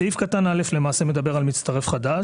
סעיף קטן (א) מדבר על מצטרף חדש,